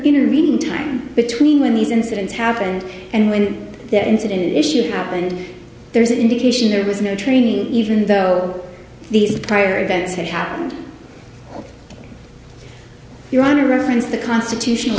intervening time between when these incidents happened and when that incident and issues happened there's an indication there was no training even though these prior events had happened your honor reference the constitutional